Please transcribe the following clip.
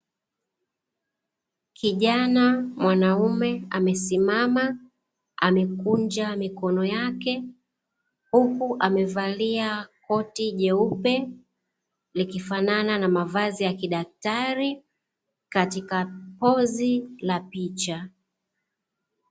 Kijana mwanaume amesimama, amekunja mikono yake huku amevalia koti jeupe likifanana na mavazi ya kidaktari katika pozi la picha.